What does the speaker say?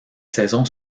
saison